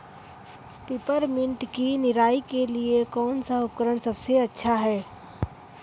Peppermint की निराई के लिए कौन सा उपकरण सबसे अच्छा है?